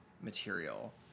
material